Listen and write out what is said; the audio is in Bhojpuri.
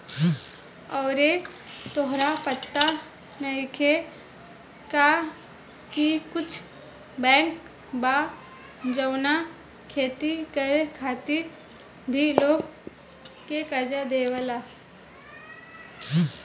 आरे तोहरा पाता नइखे का की कुछ बैंक बा जवन खेती करे खातिर भी लोग के कर्जा देवेला